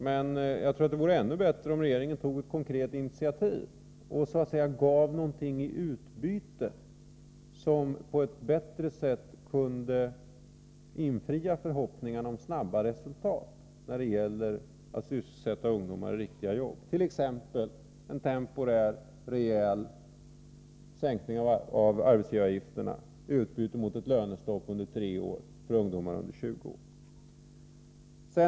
Jag tror dock att det vore ännu bättre om regeringen tog ett konkret initiativ och gav någonting i utbyte som på ett bättre sätt kunde infria förhoppningarna om snabba resultat när det gäller att sysselsätta ungdomar i riktiga jobb, t.ex. en temporär rejäl sänkning av arbetsgivaravgifterna i utbyte mot ett lönestopp under tre år för ungdomar under 20.